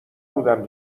بودم